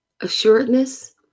assuredness